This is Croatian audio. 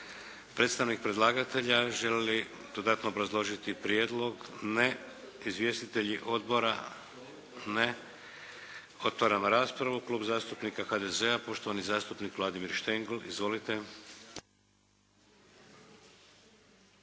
Predstavnik predlagatelja želi li dodatno obrazložiti prijedlog? Ne. Izvjestitelji odbora? Ne. Otvaram raspravu. Klub zastupnika HDZ-a, poštovani zastupnik Vladimir Štengl. Izvolite.